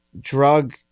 drug